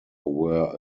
were